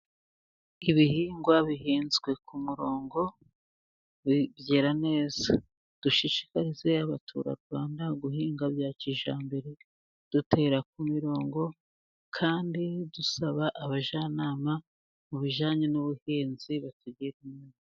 Ibihingwa bihinzwe ku murongo byera neza. Dushishikarize abaturarwanda guhinga bya kijyambere, dutera ku mirongo, kandi dusaba abajyanama mu bijyanye n'ubuhinzi batugire inama.